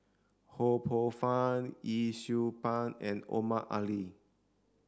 Ho Poh Fun Yee Siew Pun and Omar Ali